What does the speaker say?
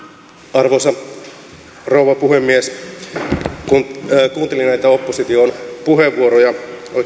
arvoisa rouva puhemies kun kuuntelin näitä opposition puheenvuoroja oikeastaan